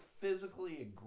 physically